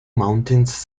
mountains